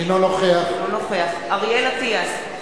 אינו נוכח אריאל אטיאס,